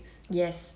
yes